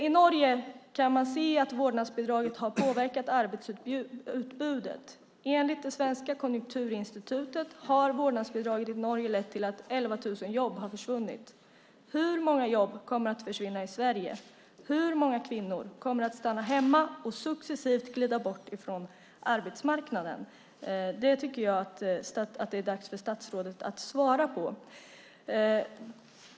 I Norge kan man se att vårdnadsbidraget har påverkat arbetsutbudet. Enligt det svenska konjunkturinstitutet har vårdnadsbidraget i Norge lett till att 11 000 jobb har försvunnit. Hur många jobb kommer att försvinna i Sverige? Hur många kvinnor kommer att stanna hemma och successivt glida bort från arbetsmarknaden? Det är dags för statsrådet att svara på detta.